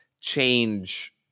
change